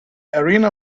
arena